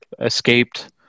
escaped